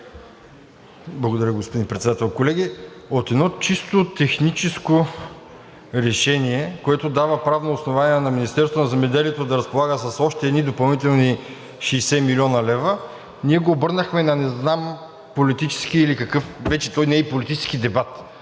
Благодаря, господин Председател. Колеги, от едно чисто техническо решение, което дава правно основание на Министерството на земеделието да разполага с още едни допълнителни 60 млн. лв., ние го обърнахме на не знам – политически или какъв, той вече не е и политически дебат.